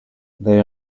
they